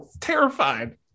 terrified